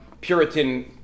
Puritan